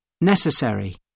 Necessary